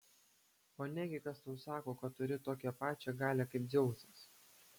o negi kas tau sako kad turi tokią pačią galią kaip dzeusas